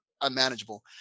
unmanageable